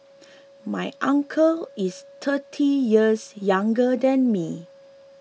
my uncle is thirty years younger than me